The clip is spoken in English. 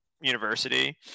university